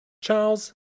Charles